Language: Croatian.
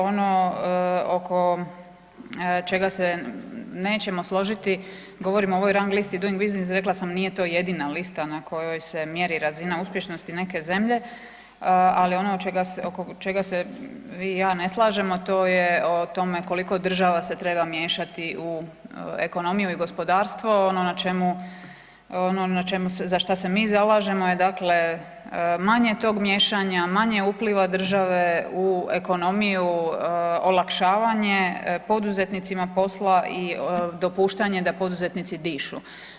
Ono oko čega se nećemo složiti, govorimo o ovoj rang listi Doing Business, rekla sam, nije to jedina lista na kojoj se mjeri razina uspješnosti neke zemlje, ali ono oko čega se vi i ja ne slažemo, to je o tome koliko država se treba miješati u ekonomiju i gospodarstvo, ono na čemu, ono na čemu se za šta se mi zalažemo je dakle manje tog miješanja, manje upliva države u ekonomiju, olakšavanje poduzetnicima posla i dopuštanje da poduzetnici dišu.